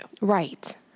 Right